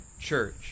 church